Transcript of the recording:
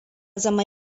zama